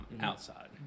outside